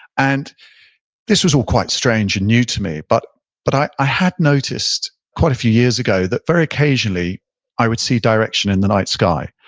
and this was all quite strange and new to me, but but i i had noticed quite a few years ago that very occasionally i would see direction in the night sky.